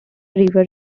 river